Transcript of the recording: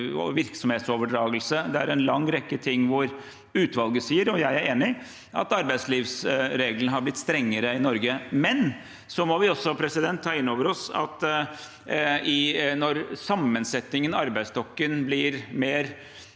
virksomhetsoverdragelse. Det er en lang rekke forhold hvor utvalget sier, og jeg er enig, at arbeidslivsreglene har blitt strengere i Norge. Men så må vi også ta inn over oss at når arbeidsstokken blir mer